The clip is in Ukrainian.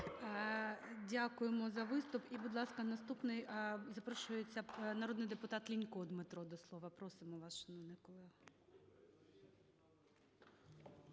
Дякуємо за виступ. І, будь ласка, наступний запрошується народний депутат Лінько Дмитро до слова. Просимо вас, шановний колего.